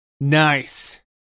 Nice